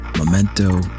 Memento